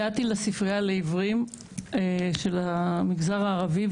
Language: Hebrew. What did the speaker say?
הגעתי לספרייה לעיוורים של המגזר הערבי,